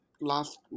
last